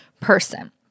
person